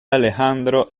alejandro